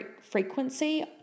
frequency